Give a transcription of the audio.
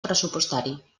pressupostari